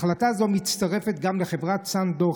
להחלטה זו מצטרפת גם חברת סאן דור,